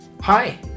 Hi